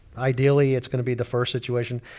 ideally, it's gonna be the first situation.